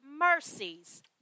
mercies